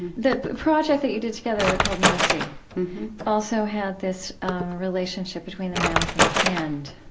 the project that you did together called mercy also had this relationship between the mouth and the hand.